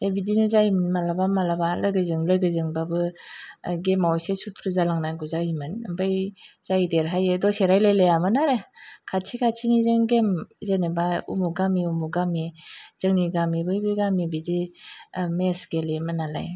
दा बिदिनो जायोमोन मालाबा मालाबा लोगोजों लोगोजोंबाबो गेमाव एसे सुथ्रु जालायनांगौ जायोमोन ओमफ्राय जाय देरहायो दसे रायलायलायामोन आरो खाथि खाथिनिजों गेम जेनोबा उमुख गामि उमुख गामि जोंनि गामि बै गामि बिदि ओह मेस गेलेयोमोन नालाय